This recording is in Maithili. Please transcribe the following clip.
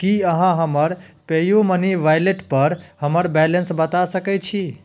की अहाँ हमर पेयूमनी वैलेट पर हमर वैलेन्स बता सकैत छी